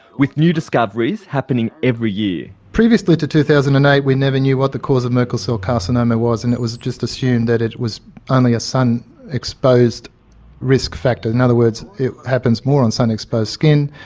with new discoveries happening every year. previously to two thousand and eight we never knew what the cause of merkel cell carcinoma was and it was just assumed that it was only a sun exposed risk factor. in other words, it happens more on sun exposed skin,